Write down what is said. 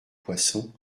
poisson